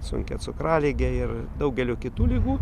sunkia cukralige ir daugeliu kitų ligų